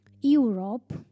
Europe